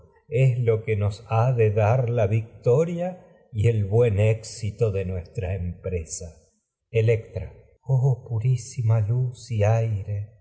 es lo que nos ha de dar la y victoria el buen éxito de nuestra empresa electra oh purísima luz y aire